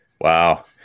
Wow